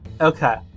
Okay